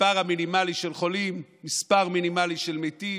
המספר המינימלי של חולים, מספר מינימלי של מתים,